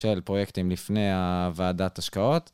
של פרויקטים לפני הוועדת השקעות.